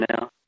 now